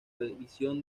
visión